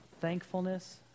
thankfulness